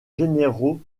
généraux